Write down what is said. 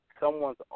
Someone's